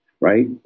right